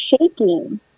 shaking